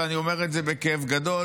ואני אומר את זה בכאב גדול,